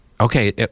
okay